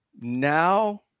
now